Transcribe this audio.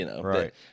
Right